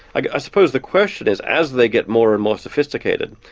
i suppose the question is, as they get more and more sophisticated,